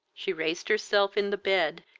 she raised herself in the bed,